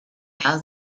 how